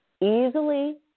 Easily